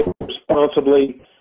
responsibly